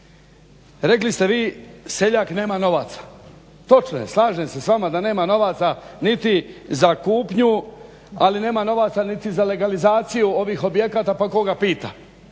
Rekli ste vi seljak nema novaca. Točno je slažem se s vama da nema novaca niti za kupnju ali nema novaca niti za legalizaciju ovih objekata pa koga pita.